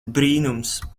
brīnums